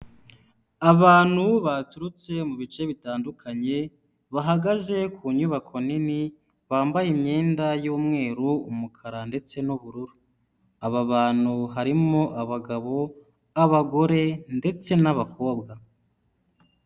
Abantu baturutse mu bice bitandukanye bahagaze ku nyubako nini bambaye imyenda y'umweru umukara ndetse n'ubururu. Aba bantu harimo abagabo, abagore ndetse n'abakobwa.